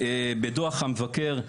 בדוח המבקר.